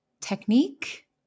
technique